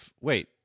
Wait